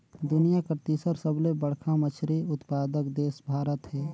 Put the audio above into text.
दुनिया कर तीसर सबले बड़खा मछली उत्पादक देश भारत हे